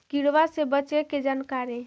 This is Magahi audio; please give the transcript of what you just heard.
किड़बा से बचे के जानकारी?